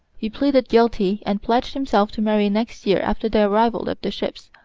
he pleaded guilty, and pledged himself to marry next year after the arrival of the ships,